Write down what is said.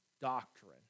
doctrine